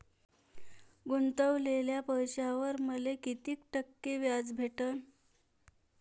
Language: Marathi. गुतवलेल्या पैशावर मले कितीक टक्के व्याज भेटन?